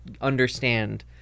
understand